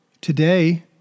Today